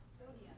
Sodium